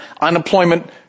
unemployment